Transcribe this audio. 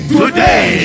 today